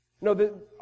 No